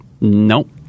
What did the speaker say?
Nope